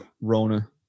Rona